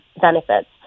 benefits